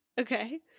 okay